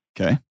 Okay